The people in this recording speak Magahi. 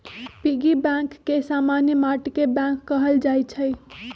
पिगी बैंक के समान्य माटिके बैंक कहल जाइ छइ